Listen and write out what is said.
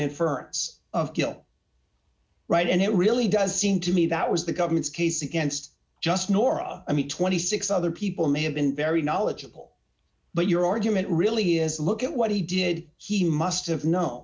inference of right and it really does seem to me that was the government's case against just nora i mean twenty six other people may have been very knowledgeable but your argument really is look at what he did he must have kno